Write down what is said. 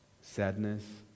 Sadness